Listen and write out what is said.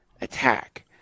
attack